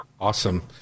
awesome